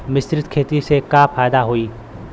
मिश्रित खेती से का फायदा होई?